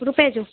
रुपए जो